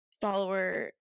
follower